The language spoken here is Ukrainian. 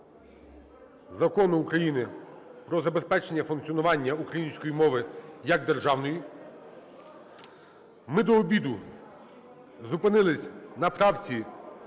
Закону України про забезпечення функціонування української мови як державної. Ми до обіду зупинились на правці